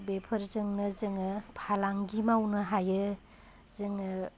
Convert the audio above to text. बेफोरजोंनो जोङो फालांगि मावनो हायो जोङो